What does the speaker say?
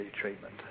treatment